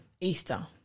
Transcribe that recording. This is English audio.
Easter